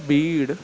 بیڑ